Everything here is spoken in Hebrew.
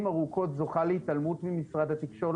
ארוכות זוכה להתעלמות ממשרד התקשרות.